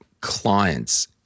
clients